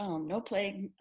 um no plague,